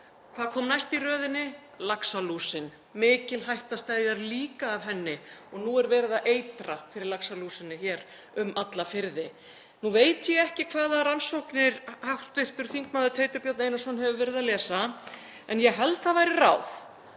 Hvað kom næst í röðinni? Laxalúsin. Mikil hætta stafar líka af henni og nú er verið að eitra fyrir laxalúsinni hér um alla firði. Nú veit ég ekki hvaða rannsóknir hv. þm. Teitur Björn Einarsson hefur verið að lesa en ég held það væri ráð